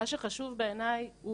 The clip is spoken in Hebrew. מה שחשוב בעיניי,